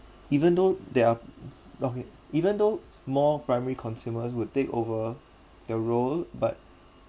even though there are okay even though more primary consumers would take over the role but